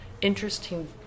interesting